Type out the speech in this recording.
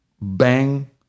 bang